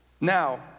Now